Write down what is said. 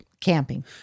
camping